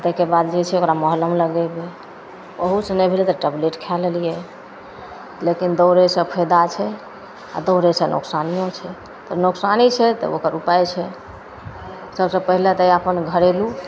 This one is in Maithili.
ताहिके बाद होइ छै ओकरा महलम लगेबै ओहूसे नहि भेलै तऽ टैबलेट खै लेलिए लेकिन दौड़ैसे फायदा छै आओर दौड़ैसे नोकसानो छै तऽ नोकसान छै तऽ ओकर उपाय छै सबसे पहिले तऽ अपन घरेलू